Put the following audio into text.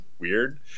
weird